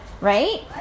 Right